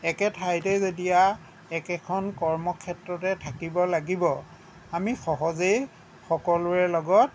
একে ঠাইতে যেতিয়া একেখন কৰ্ম ক্ষেত্ৰতে থাকিব লাগিব আমি সহজেই সকলোৰে লগত